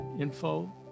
info